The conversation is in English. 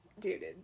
dude